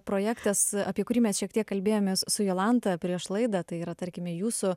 projektas apie kurį mes šiek tiek kalbėjomės su jolanta prieš laidą tai yra tarkime jūsų